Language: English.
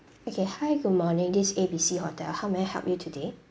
okay hi good morning this A B C hotel how may I help you today